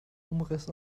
umriss